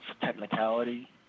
technicality